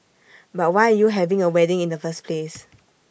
but why are you having A wedding in the first place